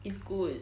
it's good